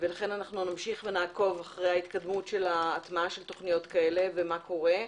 ולכן נמשיך לעקוב אחרי ההתקדמות וההטמעה של תוכניות כאלה ומה קורה.